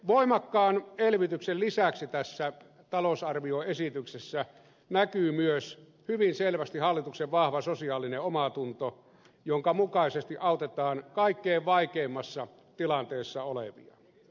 voimakkaan elvytyksen lisäksi tässä talousarvioesityksessä näkyy myös hyvin selvästi hallituksen vahva sosiaalinen omatunto jonka mukaisesti autetaan kaikkein vaikeimmassa tilanteessa olevia